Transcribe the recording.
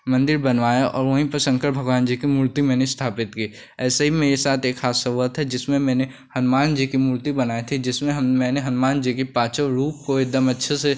मन्दिर बनवाया और वहीं पर शंकर भगवान जी की मूर्ति मैंने स्थापित की ऐसे ही मेरे साथ एक हादसा हुआ था जिसमें मैंने हनुमान जी की मूर्ति बनाई थी जिसमें मैंने हनुमान जी के पाँचों रूप को एकदम अच्छे से